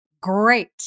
great